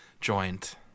joint